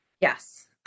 Yes